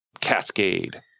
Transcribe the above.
cascade